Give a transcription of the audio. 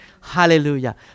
Hallelujah